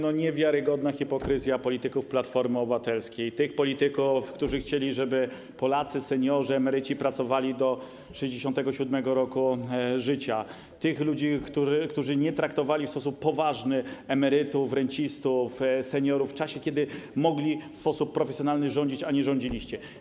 Niewiarygodna hipokryzja polityków Platformy Obywatelskiej, tych polityków, którzy chcieli, żeby Polacy, seniorzy, emeryci pracowali do 67. roku życia, tych ludzi, którzy nie traktowali w sposób poważny emerytów, rencistów, seniorów w czasie, kiedy mogli w sposób profesjonalny rządzić, a nie rządziliście.